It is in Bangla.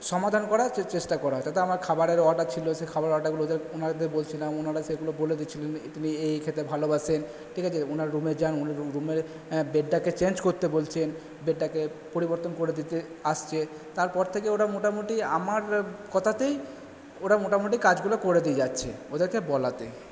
সমাধান করার চেষ্টা করা হয়েছে আমার খাবারের অর্ডার ছিলো সেই খাবারের অর্ডারগুলোকে ওনাদের বলছিলাম ওনারা সেগুলো বলে দিচ্ছিলেন এই এই খেতে ভালোবাসেন ঠিক আছে ওনার রুমে যান উনি রুমের বেডটাকে চেঞ্জ করতে বলছেন বেডটাকে পরিবর্তন করে দিতে আসছে তারপর থেকে ওরা মোটামুটি আমার কথাতেই ওরা মোটামুটি কাজগুলো করে দিয়ে যাচ্ছে ওদেরকে বলাতে